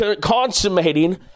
consummating